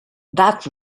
that